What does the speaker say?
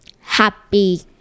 happy